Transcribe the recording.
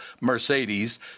Mercedes